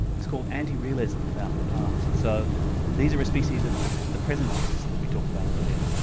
it's called anti-realism about the past. so these are a species of the the presentists, that we talked about earlier,